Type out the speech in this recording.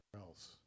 else